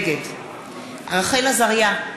נגד רחל עזריה,